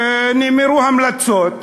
נאמרו המלצות,